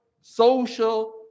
social